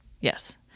Yes